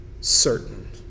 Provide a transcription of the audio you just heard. certain